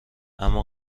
اما